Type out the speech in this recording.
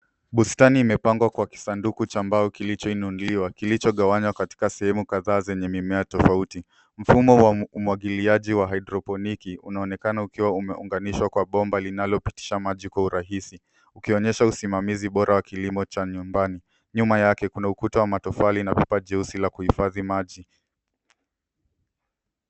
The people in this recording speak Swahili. Bustani imepangwa kwa kisanduku cha mbao kilichoinuliwa kilichogawanywa katika sehemu kadhaa zenye mimea tofauti. Mfumo wa umwagiliaji wa hydroponiki unaonekana ukiwa umeunganishwa kwa bomba linalopitisha maji kwa urahisi ukionyesha usimamizi bora wa kilimo cha nyumbani. Nyuma yake kuna ukuta wa matofali na pipa jeusi la kuhifadhi maji.